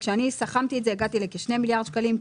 כשאני סכמתי את זה הגעתי לכ-2 מיליארד שקלים,